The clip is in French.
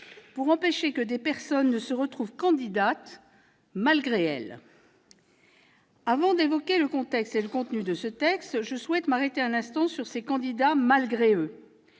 pour empêcher que des personnes ne se retrouvent candidates « malgré elles ». Avant d'évoquer le contexte et le contenu de ce texte, je souhaite m'arrêter un instant sur ces candidats malgré eux.